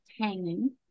hanging